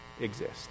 exist